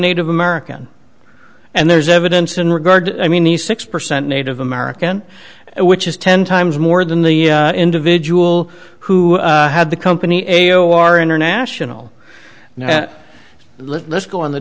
native american and there's evidence in regard i mean the six percent native american which is ten times more than the individual who had the company a o r international now let's go on the